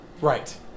Right